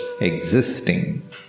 existing